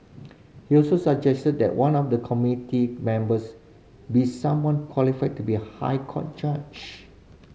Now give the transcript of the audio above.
he also suggested that one of the committee members be someone qualified to be a High Court judge